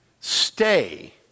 stay